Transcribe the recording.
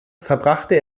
verbrachte